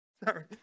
Sorry